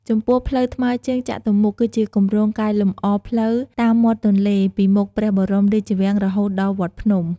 ចំពោះផ្លូវថ្មើរជើងចតុមុខ គឺជាគម្រោងកែលម្អផ្លូវតាមមាត់ទន្លេ ពីមុខព្រះបរមរាជវាំង រហូតដល់វត្តភ្នំ។